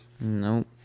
Nope